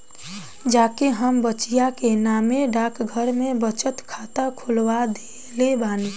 जा के हम बचिया के नामे डाकघर में बचत खाता खोलवा देले बानी